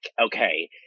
Okay